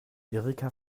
erika